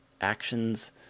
actions